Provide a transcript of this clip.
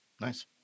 nice